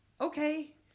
Okay